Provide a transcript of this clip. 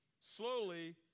slowly